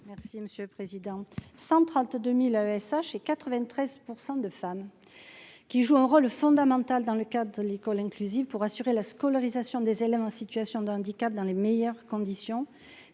Merci monsieur le président, sans 32000 ASH et 93 % de femmes qui jouent un rôle fondamental dans le cas de l'école inclusive pour assurer la scolarisation des élèves en situation de handicap dans les meilleures conditions,